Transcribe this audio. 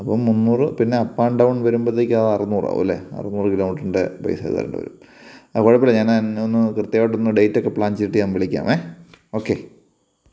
അപ്പോള് മുന്നൂറ് പിന്നെ അപ്പ് ആൻഡ് ഡൗൺ വരുമ്പോഴത്തേക്കും അത് അറുന്നൂറാകുമല്ലേ അറുന്നൂറ് കിലോ മീറ്ററിൻ്റെ പൈസ തരേണ്ടിവരും ആ കുഴപ്പമില്ല ഞാൻ എന്നെ ഒന്ന് കൃത്യമായിട്ടൊന്ന് ഡേയ്റ്റൊക്കെ പ്ലാൻ ചെയ്തിട്ട് ഞാൻ വിളിക്കാമേ ഓക്കേ